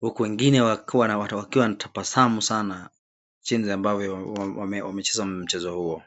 ,huku wengine wakiwa wanatabasamu sana jinsi ambavyo wamecheza mchezo huo.